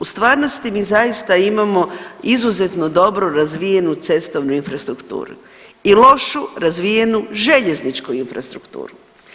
U stvarnosti mi zaista imamo izuzetno dobro razvijenu cestovnu infrastrukturu i lošu razvijenu željezničku infrastrukturu.